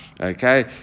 okay